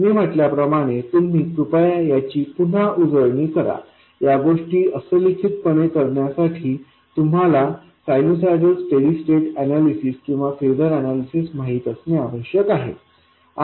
मी म्हटल्याप्रमाणे तुम्ही कृपया यांची पुन्हा उजळणी करा या गोष्टी अस्खलितपणे करण्यासाठी तुम्हाला साइनसॉइडल स्टेडी स्टेट अनालिसिस किंवा फेसर अनालिसिस माहित असणे आवश्यक आहे